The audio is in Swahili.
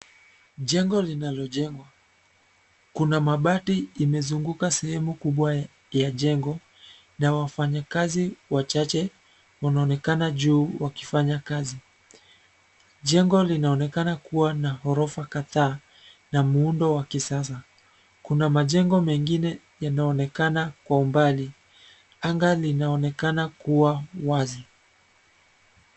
Jengo linalojengwa kuna mabati imezunguka sehemu kubwa ya jengo na wafanyakazi wachache wanaonekana juu wakifanya kazi. Jengo linaonekana kuwa na ghorofa kadhaa na muundo wa kisasa. Kuna majengo megine yanaonekana kwa umbali. Anga linaonekana kuwa wazi.